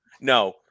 no